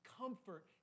comfort